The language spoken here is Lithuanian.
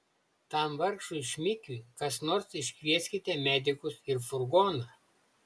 tam vargšui šmikiui kas nors iškvieskite medikus ir furgoną